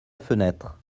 fenêtre